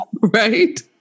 Right